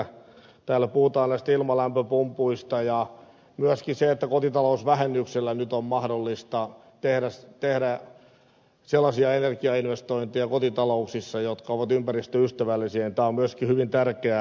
täällä puhutaan näistä ilmalämpöpumpuista ja myöskin se että kotitalousvähennyksellä nyt on mahdollista tehdä sellaisia energiainvestointeja kotitalouksissa jotka ovat ympäristöystävällisiä on myöskin hyvin tärkeää